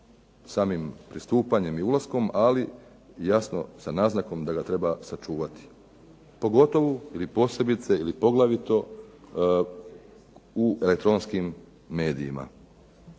samim pristupanjem i ulaskom, ali jasno sa naznakom da ga treba sačuvati. Pogotovo ili posebice ili poglavito u elektronskim medijima.